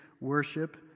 Worship